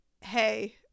hey